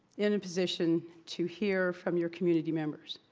in a position to hear from your community members.